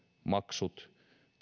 maksut